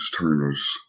Turner's